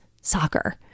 soccer